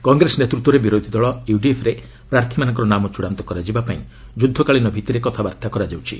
କଂଗ୍ରେସ ନେତୃତ୍ୱରେ ବିରୋଧୀ ଦଳ ୟୁଡିଏଫ୍ରେ ପ୍ରାର୍ଥୀମାନଙ୍କର ନାମ ଚୂଡ଼ାନ୍ତ କରାଯିବାପାଇଁ ଯୁଦ୍ଧକାଳୀନ ଭିତ୍ତିରେ କଥାବାର୍ତ୍ତା କରାଯାଉଛି